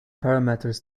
parameters